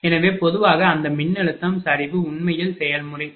எனவே பொதுவாக அந்த மின்னழுத்தம் சரிவு உண்மையில் செயல்முறை சரி